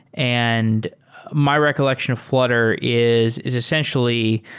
and my recollection of flutter is is essentially,